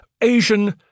Asian